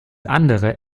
andere